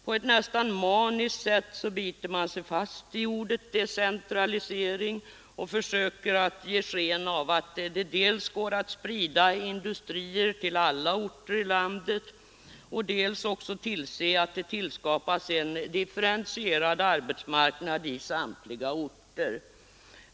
På ett nästan maniskt sätt biter man sig fast vid ordet ”decentralisering” och försöker ge sken av att det dels går att sprida industrier till alla orter i landet, dels kan tillskapas en differentierad arbetsmarknad på samtliga orter.